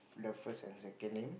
love first and second name